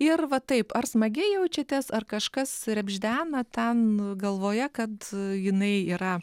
ir va taip ar smagiai jaučiatės ar kažkas rebždena ten galvoje kad jinai yra